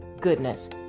goodness